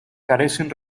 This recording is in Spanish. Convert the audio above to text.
carecen